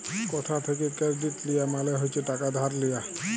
কথা থ্যাকে কেরডিট লিয়া মালে হচ্ছে টাকা ধার লিয়া